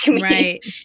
right